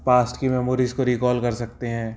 past की memories को recall कर सकते हैं